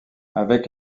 avec